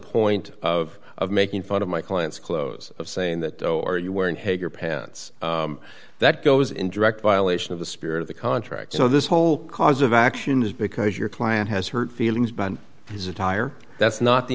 point of of making fun of my client's clothes of saying that are you wearing hagar pants that goes in direct violation of the spirit of the contract so this whole cause of action is because your client has hurt feelings by his attire that's not the